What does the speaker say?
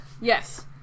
Yes